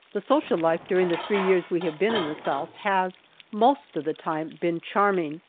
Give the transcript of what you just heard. the social life during the three years we have been in the south has most of the time been charming,